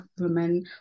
women